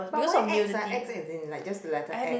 but why X ah X as in like just the letter X